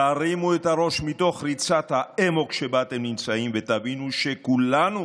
תרימו את הראש מתוך ריצת האמוק שבה אתם נמצאים ותבינו שכולנו